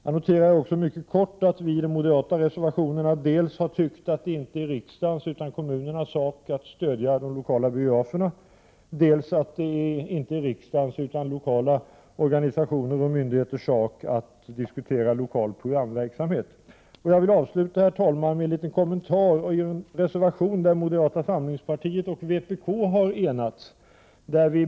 Jag noterar också mycket kortfattat att vi i de moderata reservationerna har framfört dels att det inte är riksdagens utan kommunernas sak att stödja de lokala biograferna, dels att det inte är riksdagens utan lokala organisationers och myndigheters sak att diskutera lokal programverksamhet. Jag vill avsluta med en liten kommentar till en reservation där moderata samlingspartiet och vpk har enats.